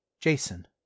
Jason